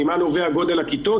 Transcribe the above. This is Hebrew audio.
ממה נובע גודל הכיתות?